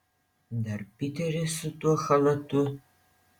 dar piteris su tuo chalatu